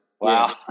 Wow